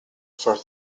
for